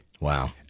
Wow